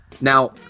Now